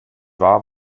wahr